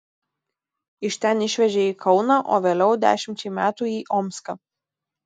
iš ten išvežė į kauną o vėliau dešimčiai metų į omską